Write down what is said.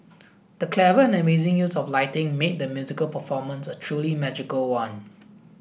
the clever and amazing use of lighting made the musical performance a truly magical one